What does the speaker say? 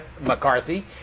McCarthy